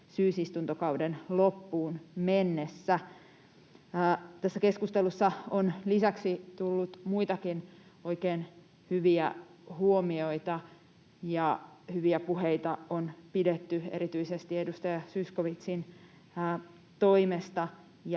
syysistuntokauden loppuun mennessä.” Tässä keskustelussa on lisäksi tullut muitakin oikein hyviä huomioita ja hyviä puheita on pidetty, erityisesti edustaja Zyskowiczin toimesta,